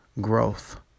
growth